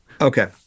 Okay